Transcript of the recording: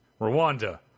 rwanda